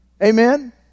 Amen